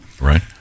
right